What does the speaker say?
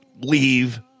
leave